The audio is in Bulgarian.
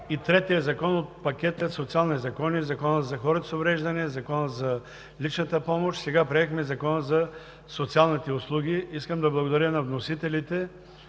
третия закон от пакета социални закони: Закона за хората с увреждания, Закона за личната помощ, сега приехме и Закона за социалните услуги. Искам да благодаря на вносителите,